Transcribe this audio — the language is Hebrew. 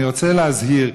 אני רוצה להזהיר: